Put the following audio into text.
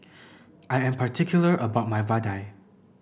I am particular about my Vadai